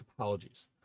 topologies